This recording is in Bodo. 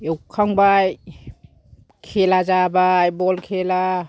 एवखांबाय खेला जाबाय बल खेला